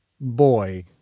Boy